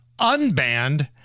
unbanned